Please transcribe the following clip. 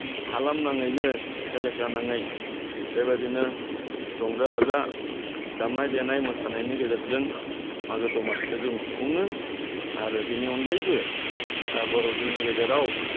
हालाम नाङैनो एलेखा नाङै बेबायदिनो रंजा बाजा दामनाय देनाय मोसानायनि गेजेरजों मागो दमासिखौ जों खुङो आरो बिनि अनगायैबो बर' जोंनि गेजेराव